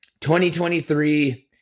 2023